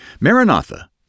Maranatha